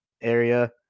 area